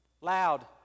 Loud